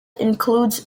includes